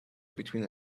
between